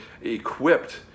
equipped